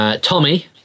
Tommy